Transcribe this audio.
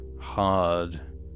hard